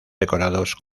decorados